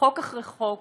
חוק אחרי חוק